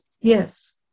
yes